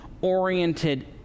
oriented